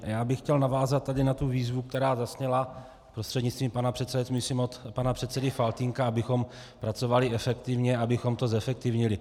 Já bych chtěl navázat tady na tu výzvu, která zazněla, prostřednictvím pana předsedajícího, myslím od pana předsedy Faltýnka, abychom pracovali efektivně, abychom to zefektivnili.